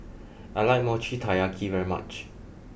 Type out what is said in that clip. I like Mochi Taiyaki very much